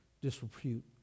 disrepute